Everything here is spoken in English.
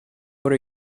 what